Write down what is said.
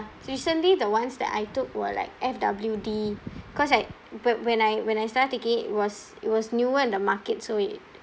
recently the ones that I took were like F_W_D cause like whe~ when I when I started taking it it was it was newer in the market so it